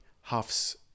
huff's